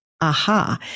aha